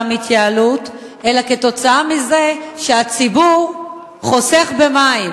מהתייעלות אלא כתוצאה מזה שהציבור חוסך במים,